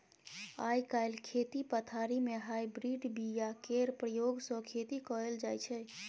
आइ काल्हि खेती पथारी मे हाइब्रिड बीया केर प्रयोग सँ खेती कएल जाइत छै